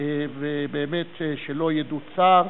ובאמת, שלא ידעו צער,